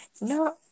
no